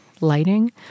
lighting